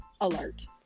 alert